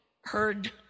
heard